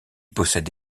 possède